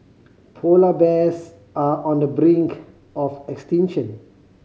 polar bears are on the brink of extinction